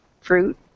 fruit